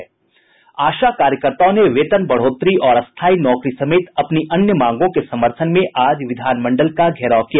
आशा कार्यकर्ताओं ने वेतन बढ़ोतरी और स्थायी नौकरी समेत अपनी अन्य मांगों के समर्थन में आज विधानमंडल का घेराव किया